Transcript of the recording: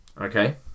Okay